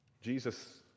Jesus